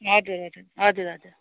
हजुर हजुर हजुर हजुर